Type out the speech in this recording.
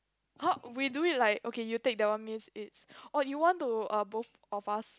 !huh! we do it like okay you take that one means it's or you want to uh both of us